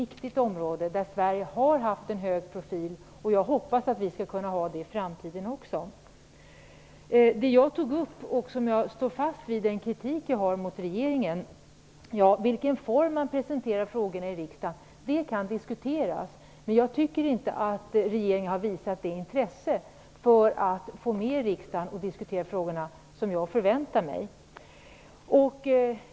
Det är ett område där Sverige har haft en hög profil, och jag hoppas att vi skall kunna ha det också i framtiden. Jag står fast vid den kritik mot regeringen som jag tog upp. Det kan diskuteras i vilken form frågorna skall presenteras i riksdagen, men regeringen har inte visat det intresse för att få med riksdagen i en diskussion om dessa frågor som jag förväntat mig.